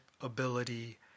ability